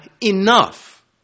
enough